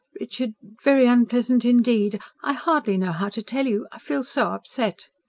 richard very unpleasant indeed. i hardly know how to tell you. i feel so upset.